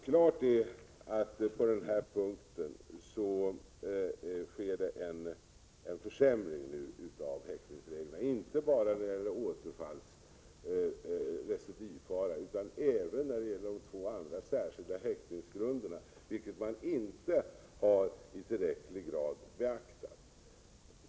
Klart är att det på denna punkt sker en försämring av häktningsreglerna, inte bara när det gäller recidivfara, utan även när det gäller de två andra särskilda häktningsgrunderna, vilket inte i tillräcklig grad har beaktats.